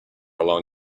along